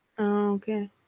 okay